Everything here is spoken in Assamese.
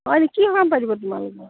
হয় কি সকাম পাৰিব তোমালোকৰ